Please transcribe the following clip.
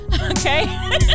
okay